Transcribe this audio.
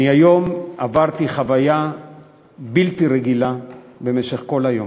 היום עברתי חוויה בלתי רגילה במשך כל היום,